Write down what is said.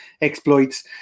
exploits